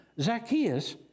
Zacchaeus